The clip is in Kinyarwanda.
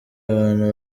abantu